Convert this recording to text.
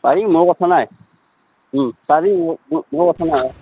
পাৰি মোৰ কথা নাই ও পাৰি মোৰ কথা নাই